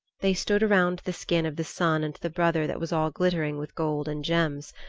they stood around the skin of the son and the brother that was all glittering with gold and gems.